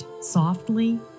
softly